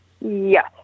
Yes